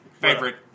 favorite